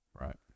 Right